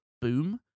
boom